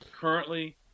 Currently